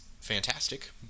fantastic